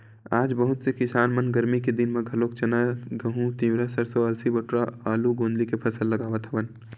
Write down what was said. आज बहुत से किसान मन गरमी के दिन म घलोक चना, गहूँ, तिंवरा, सरसो, अलसी, बटुरा, आलू, गोंदली के फसल लगावत हवन